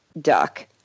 duck